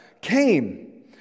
came